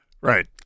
Right